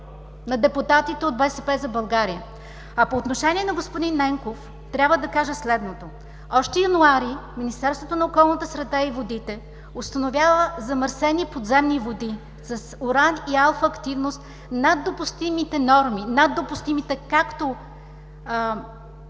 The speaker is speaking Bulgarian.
на депутатите от „БСП за България“? По отношение репликата на господин Ненков трябва да кажа следното. Още януари Министерството на околната среда и водите установява замърсени подземни води с уран и алфа активност над допустимите норми, над допустимите както